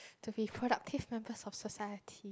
to be productive members of society